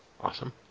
Awesome